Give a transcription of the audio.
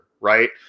right